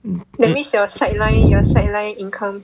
that means your sideline your sideline income